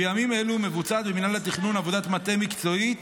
בימים אלו מבוצעת במינהל התכנון עבודת מטה מקצועית